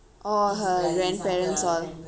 oh her grandparents all